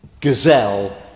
Gazelle